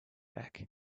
back